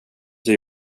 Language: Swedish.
till